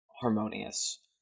harmonious